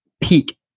peak